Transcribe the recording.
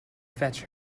fetch